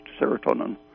serotonin